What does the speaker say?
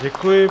Děkuji.